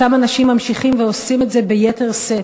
אותם אנשים ממשיכים ועושים את זה ביתר שאת,